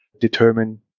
determine